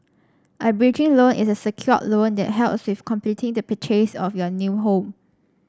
a bridging loan is a secured loan that helps with completing the purchase of your new home